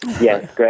yes